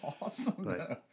awesome